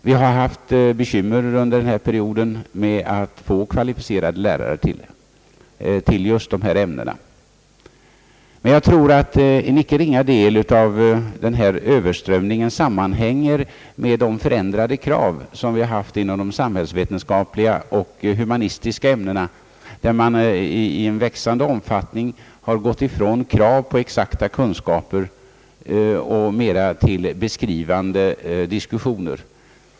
Vi har under denna period haft bekymmer med att få kvalificerade lärare till just dessa ämnen, men jag tror att en icke ringa del av denna överströmning sammanhänger med de förändrade krav som vi haft inom de samhällsvetenskapliga och humanistiska ämnena, där man i en växande omfattning har gått ifrån kraven på exakta kunskaper till mera beskrivande dis kussioner.